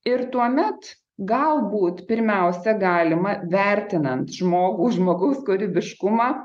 ir tuomet galbūt pirmiausia galima vertinant žmogų žmogaus kūrybiškumą